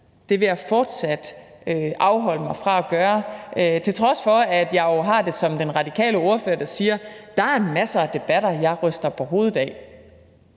Det vil jeg fortsat afholde mig fra at gøre, til trods for at jeg jo har det som den radikale ordfører, der siger, at der er masser af debatter, jeg ryster på hovedet af.